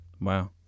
Wow